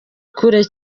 kure